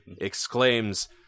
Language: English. exclaims